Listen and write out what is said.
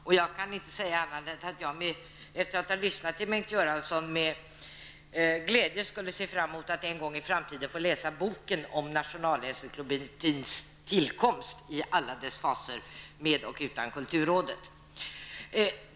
Efter att ha lyssnat till Bengt Göransson kan jag inte säga annat än att jag med glädje ser fram emot att en gång i framtiden få läsa boken om Nationalencyklopedins tillkomst i alla dess faser, med och utan kulturrådet.